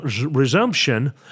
resumption